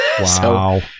wow